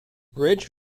rich